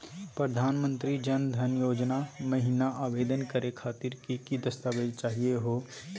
प्रधानमंत्री जन धन योजना महिना आवेदन करे खातीर कि कि दस्तावेज चाहीयो हो?